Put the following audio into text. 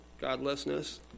godlessness